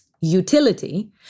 utility